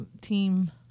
team